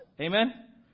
Amen